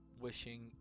wishing